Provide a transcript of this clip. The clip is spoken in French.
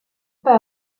pas